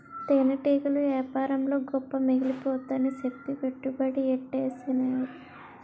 తేనెటీగల యేపారంలో గొప్ప మిగిలిపోద్దని సెప్పి పెట్టుబడి యెట్టీసేనురా